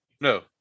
No